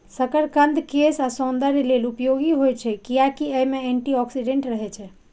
शकरकंद केश आ सौंदर्य लेल उपयोगी होइ छै, कियैकि अय मे एंटी ऑक्सीडेंट रहै छै